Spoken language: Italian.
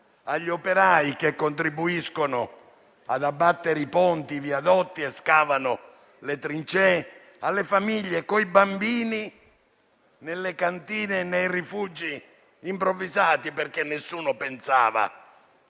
agli operai che contribuiscono ad abbattere i ponti e i viadotti e scavano le trincee, alle famiglie con i bambini nelle cantine e nei rifugi improvvisati, perché nessuno pensava